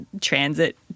transit